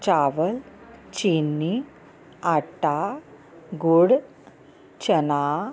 ਚਾਵਲ ਚੀਨੀ ਆਟਾ ਗੁੜ ਚਨਾ